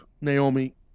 Naomi